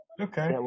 Okay